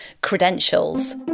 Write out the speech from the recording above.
credentials